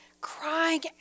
crying